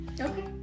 Okay